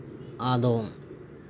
ᱟᱫᱚ